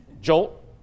jolt